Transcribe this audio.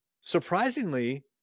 surprisingly